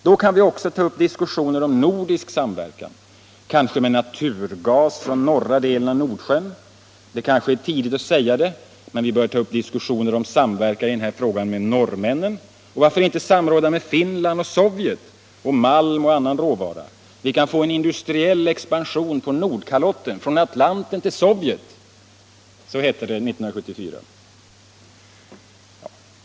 Då kan vi också ta upp diskussioner om nordisk samverkan, kanske med naturgas från norra delen av Nordsjön. Det kanske är tidigt att säga det, men vi bör ta upp diskussioner om samverkan i den här frågan med norrmännen. Och varför inte samråda med Finland och Sovjet om malm och annan råvara. Vi kan få en industriell expansion på Nordkalotten från Atlanten till Sovjet.” Så hette det 1974.